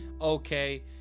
okay